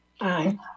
Aye